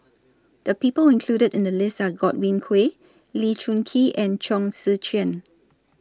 The People included in The list Are Godwin Koay Lee Choon Kee and Chong Tze Chien